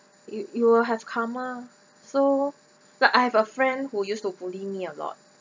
you you will have karma so like I have a friend who used to bully me a lot